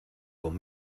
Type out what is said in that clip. con